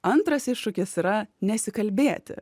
antras iššūkis yra nesikalbėti